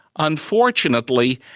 unfortunately,